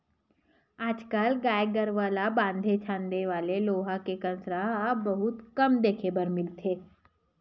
आज कल गाय गरूवा ल बांधे छांदे वाले लोहा के कांसरा बहुते कम देखे बर मिलथे